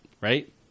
right